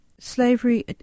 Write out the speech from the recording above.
Slavery